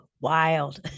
wild